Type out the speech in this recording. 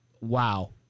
wow